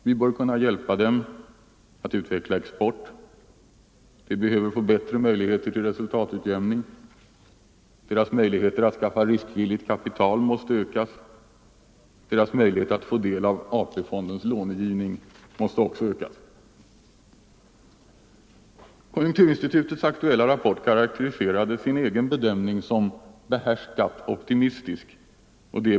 Vi bör kunna hjälpa de mindre företagen att utveckla export. De behöver också få bättre möjligheter till resultatutjämning. Deras möjligheter att skaffa riskvilligt kapital måste ökas. Deras möjligheter att få del av AP-fondens lånegivning måste också ökas. Konjunkturinstitutet karakteriserar i sin rapport sin bedömning som behärskat optimistisk.